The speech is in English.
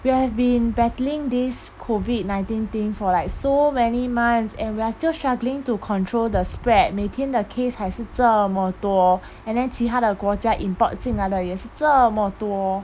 we have been battling this COVID nineteen thing for like so many months and we are still struggling to control the spread 每天 the case 还是这么多 and then 其他的国家 import 进来的也是这么多